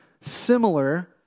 similar